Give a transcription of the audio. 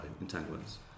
entanglements